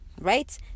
right